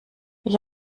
ich